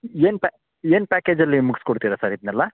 ಏನು ಏನು ಪ್ಯಾಕೇಜಲ್ಲಿ ಮುಗ್ಸಿ ಕೊಡ್ತೀರ ಸರ್ ಇದನ್ನೆಲ್ಲ